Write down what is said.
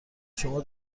شما